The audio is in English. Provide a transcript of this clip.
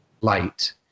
light